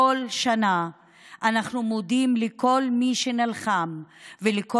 כל שנה אנחנו מודים לכל מי שנלחם ולכל